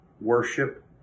worship